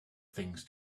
things